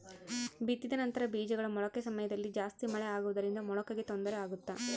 ಬಿತ್ತಿದ ನಂತರ ಬೇಜಗಳ ಮೊಳಕೆ ಸಮಯದಲ್ಲಿ ಜಾಸ್ತಿ ಮಳೆ ಆಗುವುದರಿಂದ ಮೊಳಕೆಗೆ ತೊಂದರೆ ಆಗುತ್ತಾ?